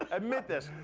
admit this.